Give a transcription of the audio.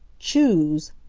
choose!